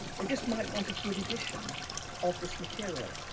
they just might want a good edition of this material.